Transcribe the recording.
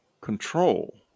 control